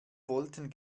wollten